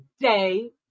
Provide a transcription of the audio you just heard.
day